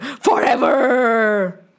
forever